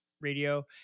radio